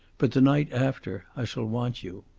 but the night after i shall want you